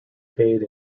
paid